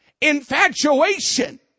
infatuation